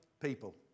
people